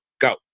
go